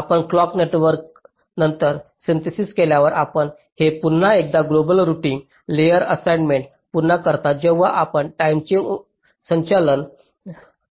म्हणून clock network नंतर synthesis केल्यावर आपण हे पुन्हा एकदा ग्लोबल रूटिंग लेयर असाइनमेंट पुन्हा करता तेव्हा आपण टाईमेचे संचालन